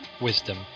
wisdom